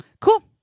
cool